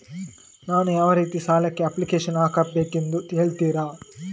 ನಾನು ಯಾವ ರೀತಿ ಸಾಲಕ್ಕೆ ಅಪ್ಲಿಕೇಶನ್ ಹಾಕಬೇಕೆಂದು ಹೇಳ್ತಿರಾ?